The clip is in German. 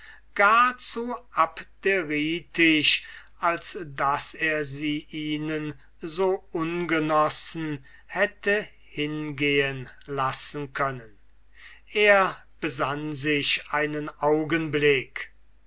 gar zu abderitisch als daß er sie ihnen so ungenossen hätte hingehen lassen können er besann sich einen augenblick